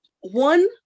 One